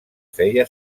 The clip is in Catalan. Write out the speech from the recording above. feia